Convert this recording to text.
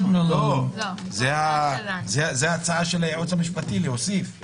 לא, זה ההצעה של הייעוץ המשפטי, להוסיף.